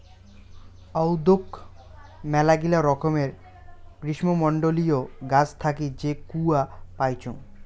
আদৌক মেলাগিলা রকমের গ্রীষ্মমন্ডলীয় গাছ থাকি যে কূয়া পাইচুঙ